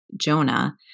Jonah